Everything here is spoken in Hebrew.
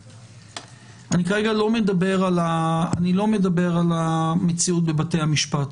אני כרגע לא מדבר על המציאות בבתי המשפט,